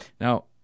Now